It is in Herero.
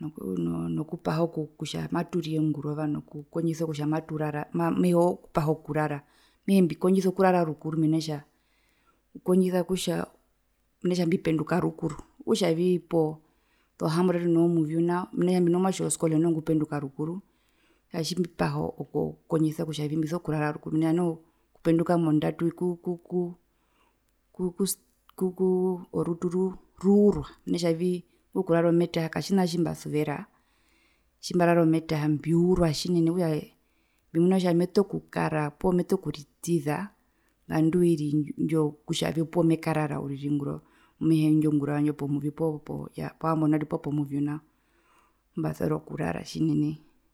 noku no no nokupaha kutja matiriye ngurova nokukondjisa okupaha okurara okutjavi mbikondjisa okurara rukuru mena kutja nai mbipenduka rukuru okutjavii pozo hambondatu noo muvyu nao mena kutja mbino mwatje woskole noho ngupenduka rukuru okutja otjimbipaha okukondjisa kutja meso kurara rukuru mena kutja noho okupenduka mondatu ku ku ku ku ku orutu ruurwa mena kutja nai ingo kurara ometaha katjina tjimbasuvera tjimbarara ometaha mbiurwa tjinene okutja mbimuna kutja mekara poo meto kuritiza ngandu oiri ndjo yokutjavii opuwo mekarara uriri ngurova mehee indjo ngurova ndjo pomuvyu poo pohambondatu nu mbasuvera okurara tjinene.